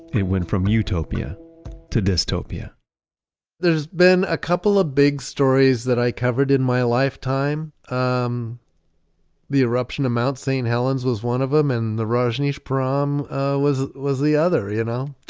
it went from utopia to dystopia there's been a couple of big stories that i covered in my lifetime. um the the eruption of mount st. helens was one of them, and the rajneeshpuram was was the other, you know,